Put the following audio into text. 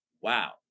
wow